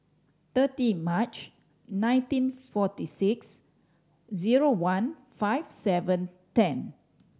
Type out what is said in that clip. thirty March nineteen forty six zero one five seven ten